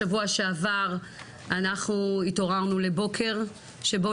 בשבוע שעבר אנחנו התעוררנו לבוקר שבו